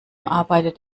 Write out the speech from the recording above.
arbeitet